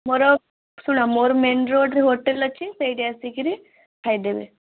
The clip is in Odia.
ମୋର ଶୁଣ ମୋର ମେନ୍ ରୋଡ଼ରେ ହୋଟେଲ୍ ଅଛି ସେଇଠି ଆସିକରି ଖାଇଦେବେ